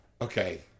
Okay